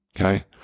Okay